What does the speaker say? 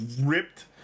ripped